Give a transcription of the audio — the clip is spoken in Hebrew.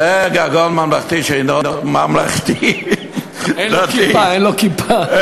זה גגון ממלכתי, אין לו כיפה.